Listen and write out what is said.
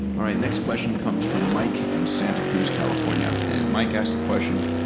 alright, next question comes from mike in santa cruz, california and mike asked the question,